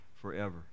forever